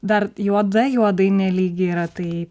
dar juoda juodai nelygi yra tai